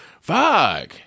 Fuck